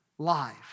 Life